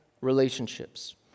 relationships